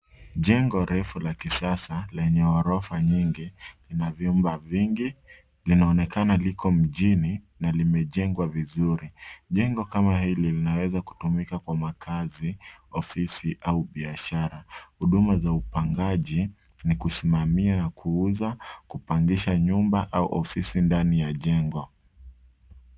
Jengo refu la kisasa lenye gorofa nyingi, lina vyumba vingi, linaonekana liko mjini na limejengwa vizuri. Jengo kama hili linaweza kutumika kwa makazi, ofisi, au biashara. Huduma za upangaji ni kusimamia na kuuza, kupangisha nyumba au ofisi ndani ya jengo.